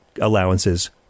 allowances